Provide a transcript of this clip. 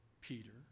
Peter